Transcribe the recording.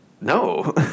No